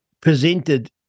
presented